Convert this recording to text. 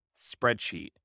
spreadsheet